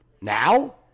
Now